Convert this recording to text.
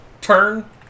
turn